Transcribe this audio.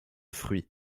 fruits